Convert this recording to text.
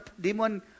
demon